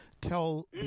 tell